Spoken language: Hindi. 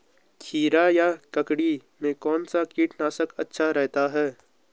खीरा या ककड़ी में कौन सा कीटनाशक अच्छा रहता है?